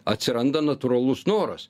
atsiranda natūralus noras